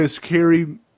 carry